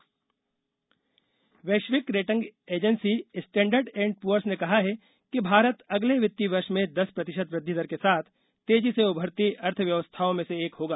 global Bharat वैश्विक rating agency standard and poor's ने कहा है कि भारत अगले वित्तीय वर्ष में दस प्रतिशत वृद्धि दर के साथ तेजी से उभरती अर्थव्यवस्थाओं में से एक होगा